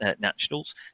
nationals